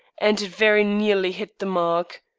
and it very nearly hit the mark.